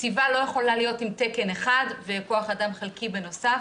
נציבה לא יכולה להיות עם תקן אחד וכוח אדם חלקי בנוסף,